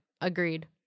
Agreed